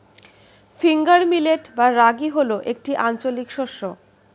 finger millet বা রাগী হল একটি আঞ্চলিক শস্য